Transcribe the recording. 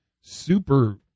super